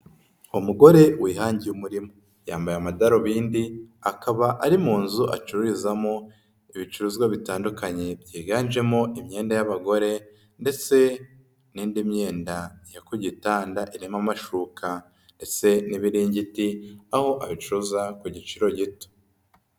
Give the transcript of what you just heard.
Umugore wihangiye umurimo. Yambaye amadarubindi akaba ari mu nzu acururizamo ibicuruzwa bitandukanye byiganjemo imyenda y'abagore ndetse n'indi myenda yo ku gitanda irimo amashuka n'ibiringiti, aho abicuruza ku giciro gito.